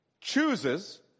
chooses